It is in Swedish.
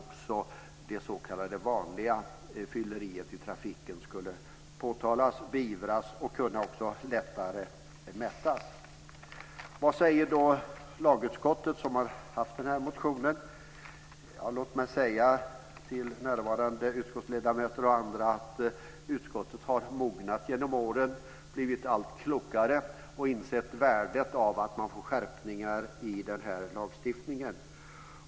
Även det s.k. vanliga fylleriet i trafiken ska kunna påtalas och beivras. Vad säger då lagutskottet, som har behandlat min motion? Låt mig till närvarande utskottsledamöter och andra att utskottet med åren har mognat, blivit allt klokare och insett värdet av skärpningar av denna lagstiftning.